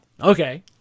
Okay